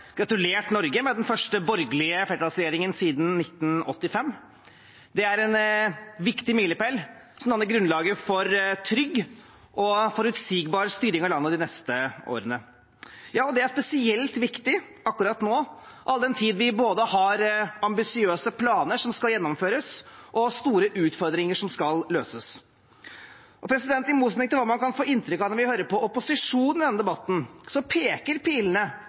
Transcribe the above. gratulert Norge med den første borgerlige flertallsregjeringen siden 1985. Det er en viktig milepæl, som danner grunnlaget for en trygg og forutsigbar styring av landet de neste årene. Og det er spesielt viktig akkurat nå, all den tid vi både har ambisiøse planer som skal gjennomføres, og store utfordringer som skal løses. I motsetning til hva man kan få inntrykk av når vi hører på opposisjonen i denne debatten, peker pilene